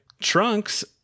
trunks